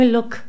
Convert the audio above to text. Look